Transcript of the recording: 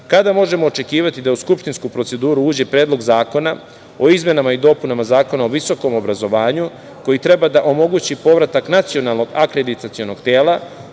kada možemo očekivati da u skupštinsku proceduru uđe predlog zakona o izmenama i dopunama Zakona o visokom obrazovanju, koji treba da omogući povratak nacionalnog akreditacionog tela